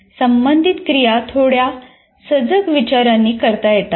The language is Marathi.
संबंधित क्रिया थोड्या सजग विचारांनी करता येतात